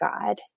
God